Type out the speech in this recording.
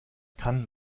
kann